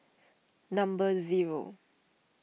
number zero